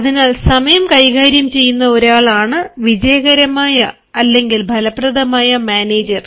അതിനാൽ സമയം കൈകാര്യം ചെയ്യുന്ന ഒരാളാണ് വിജയകരമായ അല്ലെങ്കിൽ ഫലപ്രദമായ മാനേജർ